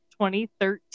2013